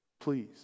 Please